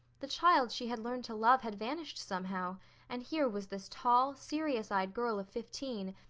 the child she had learned to love had vanished somehow and here was this tall, serious-eyed girl of fifteen,